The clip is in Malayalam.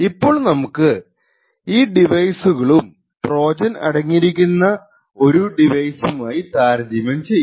ഇപ്പോൾ നമുക്ക് ഈ ഡിവൈസുകളും ട്രോജൻ അടങ്ങിയിരിക്കുന്ന ഒരു ഡിവൈസുമായി താരതമ്യം ചെയ്യാം